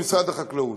במשרד החקלאות.